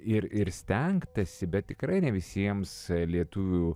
ir ir stengtasi bet tikrai ne visiems lietuvių